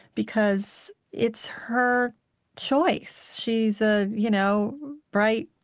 because it's her choice. she's a you know bright,